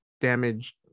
damaged